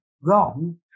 wrong